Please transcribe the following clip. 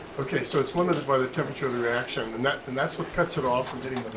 okay so it's limited by the temperature of the reaction the net and that's what cuts it off